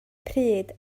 pryd